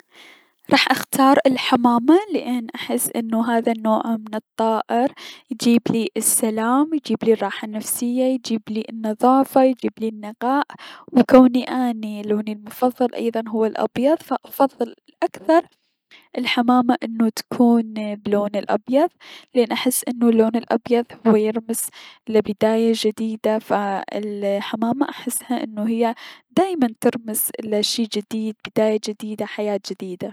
راح اختار الحمامة لأن احس انو هذا النوع من الطائر يجيبلي السلام يجيبلي راحة نفسية، يجيبلي النظافة يجيبلي النقاء، و كوني اني لوني المفضل ايضا هو الأبيض فأفضل اكثر انو الحمامة تكون اي- بلون الأبيض، لأن احس انو اللون الأبيض هو يرمز لبداية جديدة ف الحمامة دايما احسها انو ترمز لشي جديد بداية جديدة حياة جديدة.